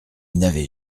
n’avait